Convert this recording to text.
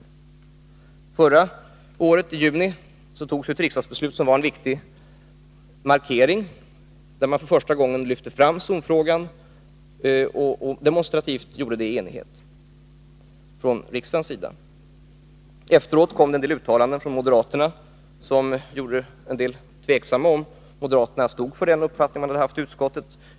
I juni förra året fattades ett riksdagsbeslut som var en viktig markering. Riksdagen lyfte där för första gången fram zonfrågan och gjorde det demonstrativt i enighet. Efteråt kom det en del uttalanden från moderaterna som gjorde en del tveksamma, om moderaterna stod för den uppfattning de anslutit sig till i utskottet.